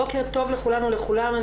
בוקר טוב לכולן ולכולם,